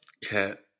Cat